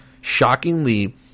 shockingly